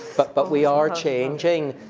but but we are changing,